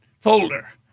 folder